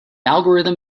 algorithm